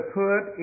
put